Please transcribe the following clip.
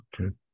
Okay